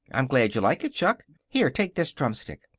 i'm glad you like it, chuck. here, take this drumstick.